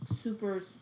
super